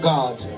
God